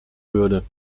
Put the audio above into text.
würde